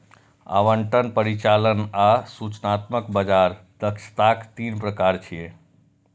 आवंटन, परिचालन आ सूचनात्मक बाजार दक्षताक तीन प्रकार छियै